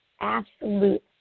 absolute